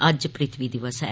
अज्ज पृथ्वी दिवस ऐ